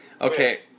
Okay